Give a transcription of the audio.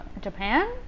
Japan